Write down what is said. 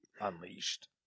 Unleashed